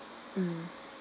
hmm